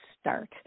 start